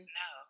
no